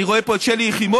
אני רואה פה את שלי יחימוביץ,